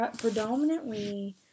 predominantly